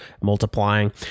multiplying